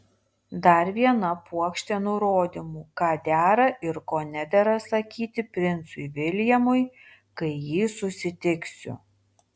dar viena puokštė nurodymų ką dera ir ko nedera sakyti princui viljamui kai jį susitiksiu